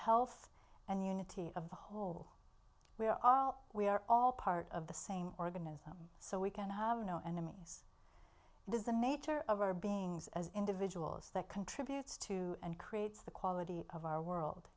health and unity of the whole we are all we are all part of the same organism so we can have no enemies it is the nature of our beings as individuals that contributes to and creates the quality of our world